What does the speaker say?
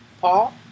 Paul